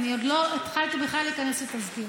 וזה כרגע נמצא בבדיקה.